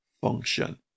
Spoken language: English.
function